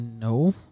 no